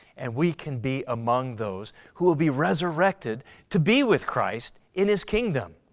and we can be among those who will be resurrected to be with christ in his kingdom.